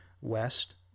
West